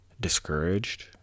discouraged